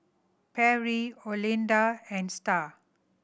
Perry Olinda and Star